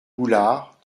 goulard